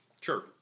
Sure